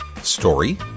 story